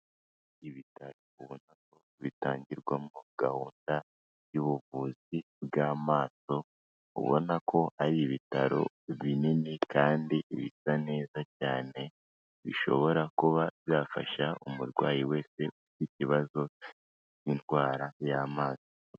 Ibitaro ubona ko bitangirwamo gahunda y'ubuvuzi bw'amaso, ubona ko ari ibitaro binini kandi bisa neza cyane bishobora kuba byafasha umurwayi wese ufite ikibazo n'indwara y'amaso.